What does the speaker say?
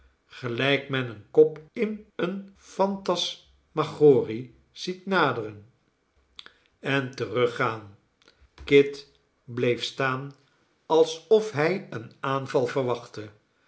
gelijk men een kop in eene phantasmagorie ziet naderen en teruggaan kit bleef staan alsof hij een aanval verwachtte